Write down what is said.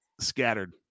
scattered